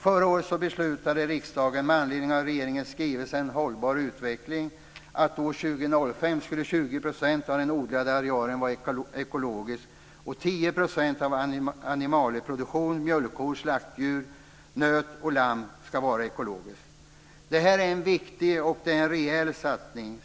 Förra året beslutade riksdagen med anledning av regeringens skrivelse En hållbar utveckling att år 2005 ska 20 % av den odlade arealen och 10 % av animalieproduktionen, dvs. mjölkkor, slaktdjur, nöt och lamm, vara ekologisk. Detta är en viktig och rejäl satsning.